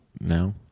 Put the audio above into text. No